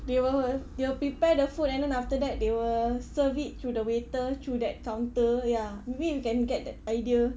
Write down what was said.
they will they will prepare the food and then after that they will serve it through the waiter through that counter ya maybe you can get that idea